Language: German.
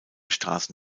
straße